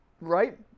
right